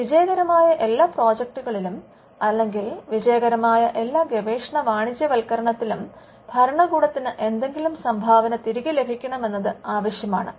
അതിനാൽ വിജയകരമായ എല്ലാ പ്രോജക്റ്റുകളിലും അല്ലെങ്കിൽ വിജയകരമായ എല്ലാ ഗവേഷണ വാണിജ്യവത്കരണത്തിലും ഭരണകൂടത്തിന് എന്തെങ്കിലും സംഭാവന തിരികെ ലഭിക്കണം എന്നത് ആവശ്യമാണ്